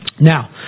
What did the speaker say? Now